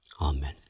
Amen